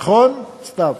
נכון, סתיו?